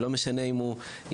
ולא משנה מה הוא עשה.